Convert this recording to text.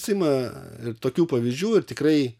jis ima tokių pavyzdžių ir tikrai